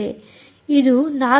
ಇದು 4